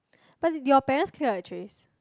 but as in do your parents clear your trays